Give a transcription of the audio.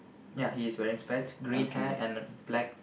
ya he is wearing specs green hat and a black